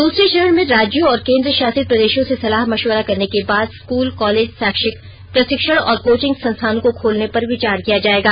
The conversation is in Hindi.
दूसरे चरण में राज्यों और केंद्र शासित प्रदेशों से सलाह मश्विरा करने के बाद स्कूल कॉलेज शैक्षिक प्रशिक्षण और कोचिंग संस्थानों को खोलने पर विचार किया जाएगा